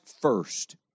first